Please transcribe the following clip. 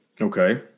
Okay